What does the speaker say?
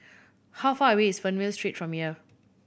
how far away is Fernvale Street from here